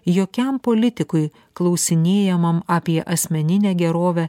jokiam politikui klausinėjamam apie asmeninę gerovę